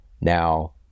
Now